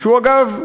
שהוא, אגב,